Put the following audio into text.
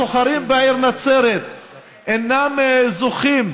הסוחרים בעיר נצרת אינם זוכים